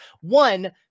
One